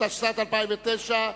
התשס”ט 2009,